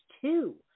two